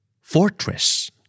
Fortress